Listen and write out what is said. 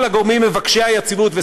כל הגורמים מבקשי היציבות,